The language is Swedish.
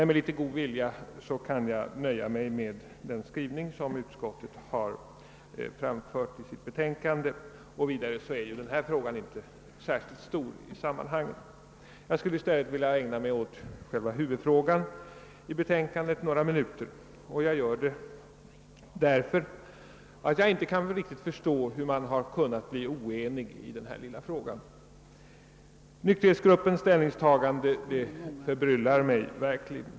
Med litet god vilja kan jag emellertid nöja mig med den skrivning utskottet gjort i sitt betänkande; denna fråga är ju inte särskilt stor i sammanhanget. Jag skulle i stället vilja ägna några minuter åt själva förslaget som sådant. Jag gör detta därför att jag inte riktigt kan förstå hur det har kunnat uppstå oenighet i denna lilla fråga. Nykterhetsgruppens ställningstagande förbryllar mig verkligen.